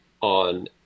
on